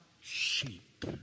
sheep